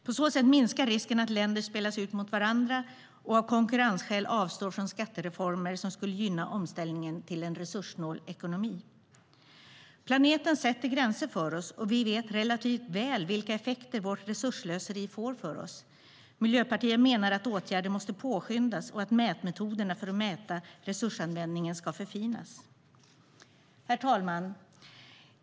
På så sätt minskar risken att länder spelas ut mot varandra och av konkurrensskäl avstår från skattereformer som skulle gynna omställningen till en resurssnål ekonomi. Planeten sätter gränser för oss, och vi vet relativt väl vilka effekter vårt resursslöseri får för oss. Miljöpartiet menar att åtgärder måste påskyndas och att mätmetoderna för att mäta resursanvändningen ska förfinas. Herr talman!